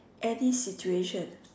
any situation